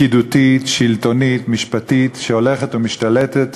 פקידותית, שלטונית, משפטית, שהולכת ומשתלטת